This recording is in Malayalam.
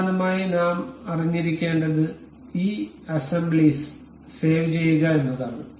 അവസാനമായി നാം അറിഞ്ഞിരിക്കേണ്ടത് ഈ അസ്സെംബ്ലിസ് സേവ് ചെയ്യുക എന്നതാണ്